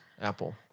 Apple